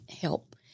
help